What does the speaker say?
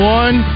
one